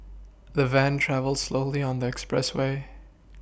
the van travelled slowly on the expressway